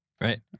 Right